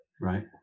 Right